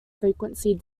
frequency